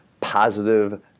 positive